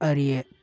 அறிய